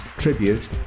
Tribute